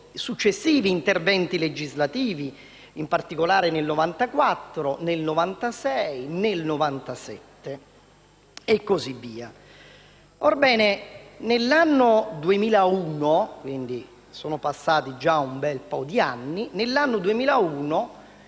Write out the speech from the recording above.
successivi interventi legislativi, in particolare nel 1994, nel 1996, nel 1997 e così via.